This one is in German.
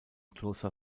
kloster